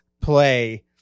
play